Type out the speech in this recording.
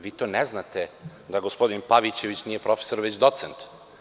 Vi to ne znate da gospodin Pavićević nije profesor, već docent.